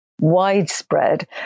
widespread